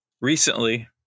Recently